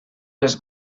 les